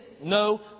no